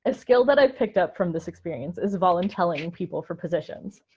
and skill that i picked up from this experience is voluntelling people for positions.